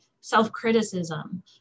self-criticism